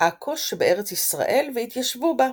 עכו שבארץ ישראל, והתיישבו בה.